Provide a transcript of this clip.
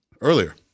earlier